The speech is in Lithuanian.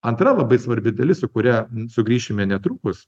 antra labai svarbi dalis su kuria sugrįšime netrukus